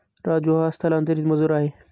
राजू हा स्थलांतरित मजूर आहे